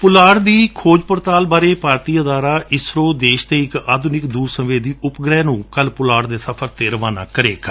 ਪੁਲਾੜ ਦੀ ਖੋਜ ਪੜਤਾਲ ਬਾਰੇ ਭਾਰਤੀ ਅਦਾਰਾ ਇਸ਼ਰੋ ਦੇਸ਼ ਦੇ ਇਕ ਆਧੁਨਿਕ ਦੂਰ ਸੰਵੇਦੀ ਉਪ ਗ੍ਰਹਿ ਨੂੰ ਕੱਲੁ ਪੁਲਾੜ ਦੇ ਸਫਰ ਤੇ ਰਵਾਨਾ ਕਰੇਗਾ